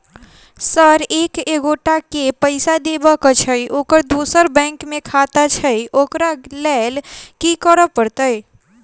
Sir एक एगोटा केँ पैसा देबाक छैय ओकर दोसर बैंक मे खाता छैय ओकरा लैल की करपरतैय?